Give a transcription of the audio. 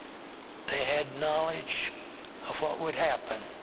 they had knowledge of what would happen,